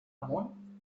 amunt